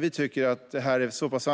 Vi tycker dock att detta är så pass